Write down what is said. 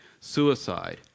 suicide